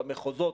המחוזות,